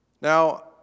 Now